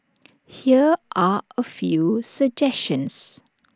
here are A few suggestions